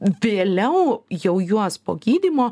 vėliau jau juos po gydymo